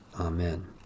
Amen